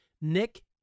Nick